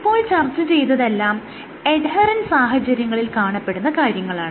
ഇപ്പോൾ ചർച്ച ചെയ്തതെല്ലാം എഡ്ഹെറെന്റ് സാഹചര്യങ്ങളിൽ കാണപ്പെടുന്ന കാര്യങ്ങളാണ്